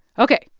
ok,